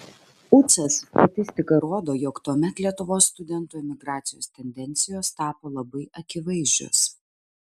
ucas statistika rodo jog tuomet lietuvos studentų emigracijos tendencijos tapo labai akivaizdžios